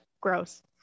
gross